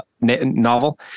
novel